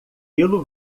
pelo